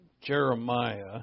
Jeremiah